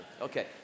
Okay